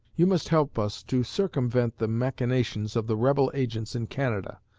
you must help us to circumvent the machinations of the rebel agents in canada.